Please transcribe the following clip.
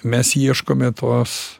mes ieškome tos